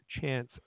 chance